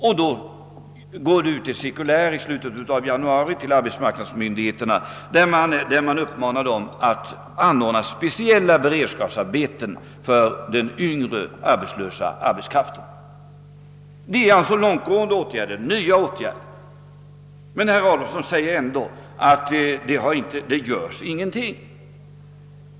I slutet av januari gick det ut ett cirkulär till arbetsmarknadsmyndigheterna med uppmaning att ordna speciella beredskapsarbeten för den yngre arbetslösa arbetskraften. Det har sålunda vidtagits nya och långtgående åtgärder, men herr Adolfsson säger att ingenting SÖrS.